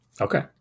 Okay